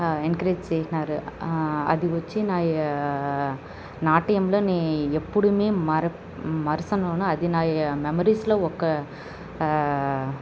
encourage చేసినారు అది వచ్చి నా నాట్యంలోని ఎప్పుడుమర మరసననో అది నా మెమరీస్లో ఒక